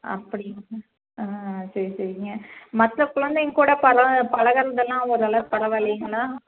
அப்படிங்களா ஆ சரி சரிங்க மற்ற குழந்தைங்கள் கூட பழக பழகறதெல்லாம் அதுலெல்லாம் பரவாயில்லைங்களா